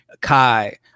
kai